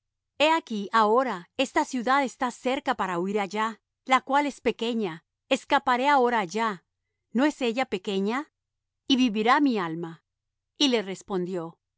he aquí ahora esta ciudad está cerca para huir allá la cual es pequeña escaparé ahora allá no es ella pequeña y vivirá mi alma y le respondió